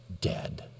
dead